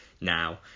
now